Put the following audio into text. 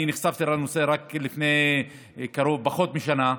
אני נחשפתי לנושא רק לפני פחות משנה,